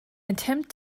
attempt